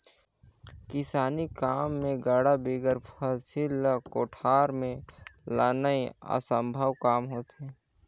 किसानी काम मे गाड़ा बिगर फसिल ल कोठार मे लनई असम्भो काम होथे